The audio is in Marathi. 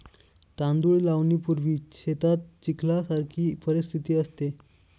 तांदूळ लावणीपूर्वी शेतात चिखलासारखी परिस्थिती असते